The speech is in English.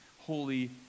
holy